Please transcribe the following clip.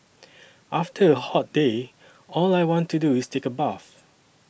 after a hot day all I want to do is take a bath